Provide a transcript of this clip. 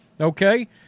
okay